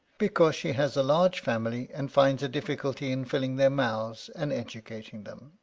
because she has a large family and finds a difficulty in filling their mouths and educat ing them.